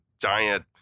giant